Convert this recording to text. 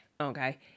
Okay